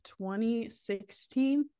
2016